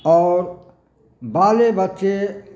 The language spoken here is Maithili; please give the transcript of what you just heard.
आओर बाले बच्चे